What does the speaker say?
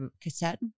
cassette